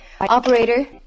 Operator